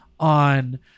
on